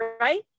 right